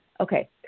okay